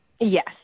Yes